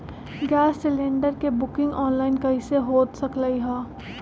Gas cylinder के booking online कईसे हो सकलई ह?